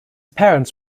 parents